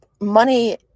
money